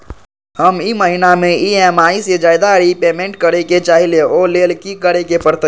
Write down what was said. हम ई महिना में ई.एम.आई से ज्यादा रीपेमेंट करे के चाहईले ओ लेल की करे के परतई?